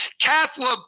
Catholic